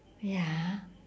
ya